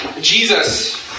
Jesus